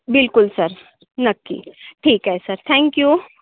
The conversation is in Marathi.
बिलकुल सर नक्की ठीक आहे सर थँक यू